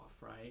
right